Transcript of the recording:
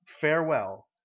farewell